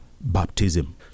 baptism